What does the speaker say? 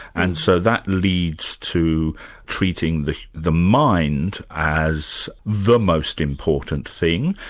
and so that leads to treating the the mind as the most important thing,